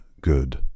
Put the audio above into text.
good